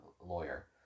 lawyer